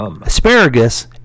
asparagus